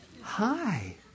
Hi